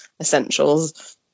essentials